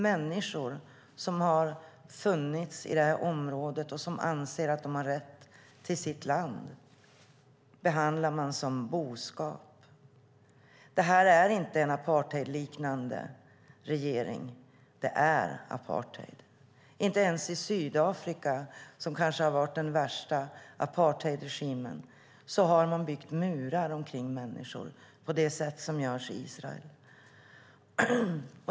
Människor som har funnits i området och som anser att de har rätt till sitt land behandlar man som boskap. Det här är inte en apartheidliknande regering. Det är apartheid. Inte ens i Sydafrika, som kanske varit den värsta apartheidregimen, har man byggt murar omkring människor på det sätt som görs i Israel.